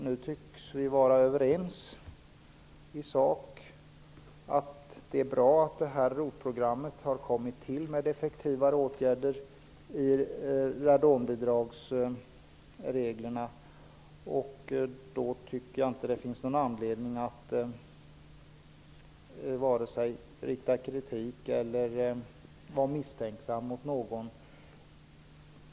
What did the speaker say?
Nu tycks vi i sak vara överens om att det är bra att detta ROT-program har kommit till stånd med effektiva åtgärder i radonbidragsreglerna. Därför finns det ingen anledning att vare sig rikta kritik eller vara misstänksam mot någon.